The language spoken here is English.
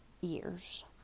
years